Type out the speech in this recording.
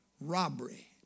robbery